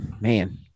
man